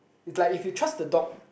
is like if you trust the dog